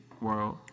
world